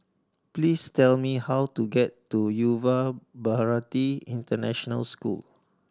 please tell me how to get to Yuva Bharati International School